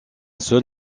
seul